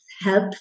help